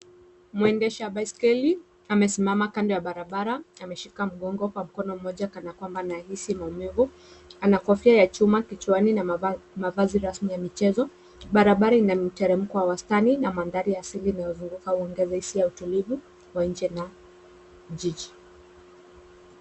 Mwendesha baiskeli amesimama kando ya barabara . Ameshika mgongo kwa mkono mmoja kana kwamba anahisi maumivu. Ana kofia ya chuma kichwani na mavazi rasmi ya michezo. Barabara ina mteremko wa wastani na mandhari asili inaongeza hisia ya utulivu wa nje na jiji.